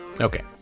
Okay